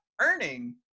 earning